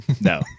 No